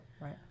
Right